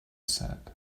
said